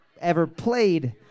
ever-played